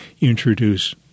introduce